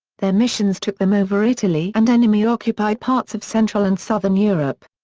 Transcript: their missions took them over italy and enemy occupied parts of central and southern europe.